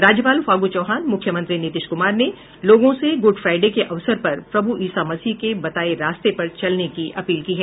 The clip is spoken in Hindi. राज्यपाल फागू चौहान मुख्यमंत्री नीतीश कुमार ने लोगों से गुड फ्राईडे के अवसर पर प्रभु ईसा मसीह के बताये रास्ते पर चलने की अपील की है